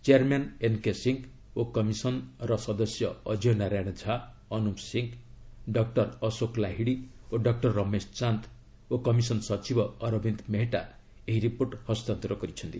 chairman N K Singh ଓ commission ର ସଦସ୍ୟ ଅଜୟ ନାରାୟଣ ଝା ଅନୁପ ସିଂହ ଡକ୍ଟର ଅଶୋକ ଲାହିଡି ଓ ଡକ୍ଟର ରମେଶ ଚାନ୍ଦ ଓ କମିସନ ସଚିବ ଅରବିନ୍ଦ ମେହେଟ୍ଟା ଏହି ରିପୋର୍ଟ ହସ୍ତାନ୍ତର କରିଛନ୍ତି